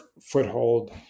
foothold